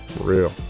Real